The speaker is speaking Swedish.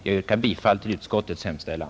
Jag yrkar bifall till utskottets hemställan.